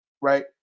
right